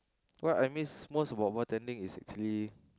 what I miss most about bartending is actually